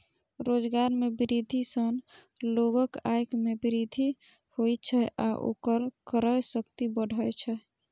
रोजगार मे वृद्धि सं लोगक आय मे वृद्धि होइ छै आ ओकर क्रय शक्ति बढ़ै छै